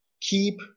keep